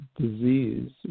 disease